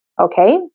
okay